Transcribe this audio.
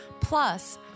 plus